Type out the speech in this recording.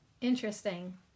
interesting